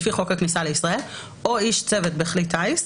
לפי חוק הכניסה לישראל או איש צוות בכלי טיס,